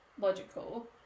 logical